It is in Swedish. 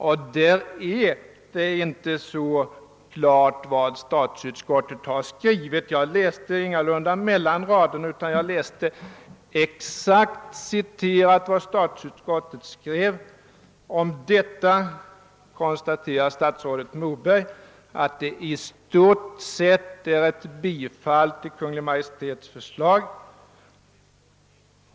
Det är inte riktigt klart vad statsutskottet egentligen har menat. Jag läste ingalunda mellan raderna utan jag citerade exakt vad statsutskottet skrivit. Om detta konstaterar statsrådet Moberg att det i stort sett är ett bifall till Kungl. Maj:ts förslag.